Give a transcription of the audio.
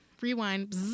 Rewind